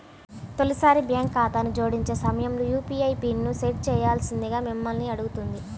తొలిసారి బ్యాంక్ ఖాతాను జోడించే సమయంలో యూ.పీ.ఐ పిన్ని సెట్ చేయాల్సిందిగా మిమ్మల్ని అడుగుతుంది